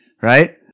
right